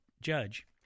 judge